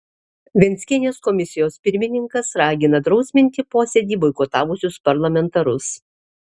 venckienės komisijos pirmininkas ragina drausminti posėdį boikotavusius parlamentarus